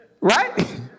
Right